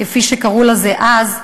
כפי שקראו לזה אז,